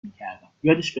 میکردم، یادش